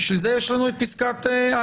בשביל זה יש לנו את פסקת ההגבלה.